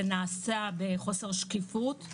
זה נעשה בחוסר שקיפות.